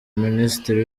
minisitiri